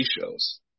shows